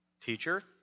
Teacher